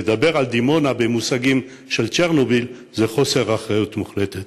לדבר על דימונה במושגים של צ'רנוביל זה חוסר אחריות מוחלט.